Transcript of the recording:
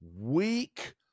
weak